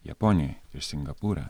japonijoj ir singapūre